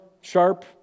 sharp